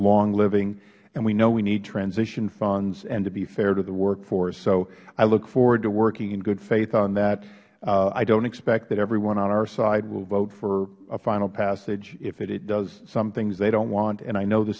long living and we know we need transition funds and to be fair to the workforce so i look forward to working in good faith on that i dont expect that everyone on our side will vote for a final passage if it does some things they dont want and i know the